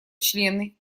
члены